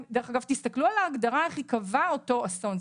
תסתכלו גם על ההגדרה איך ייקבע אותו אסון.